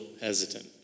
hesitant